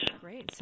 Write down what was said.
Great